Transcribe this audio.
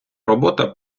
робота